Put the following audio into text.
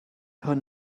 hwn